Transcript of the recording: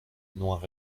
noir